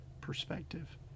perspective